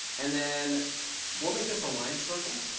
and then we'll make this a line circle.